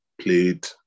played